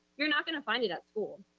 you're not gonna find it at school.